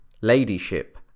Ladyship